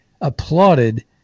applauded